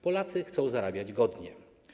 Polacy chcą zarabiać godnie.